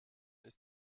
ist